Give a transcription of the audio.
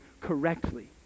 correctly